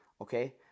okay